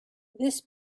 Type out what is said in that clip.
this